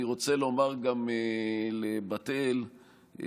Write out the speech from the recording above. אני רוצה לומר גם לבת אל: